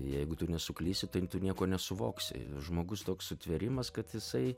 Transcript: jeigu tu nesuklysi tai tu nieko nesuvoksi žmogus toks sutvėrimas kad jisai